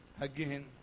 again